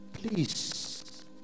Please